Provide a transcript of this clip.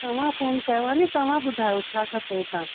तव्हां फ़ोन कयो आहे नी तव्हां ॿुधायो छा खपेव ता